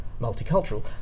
multicultural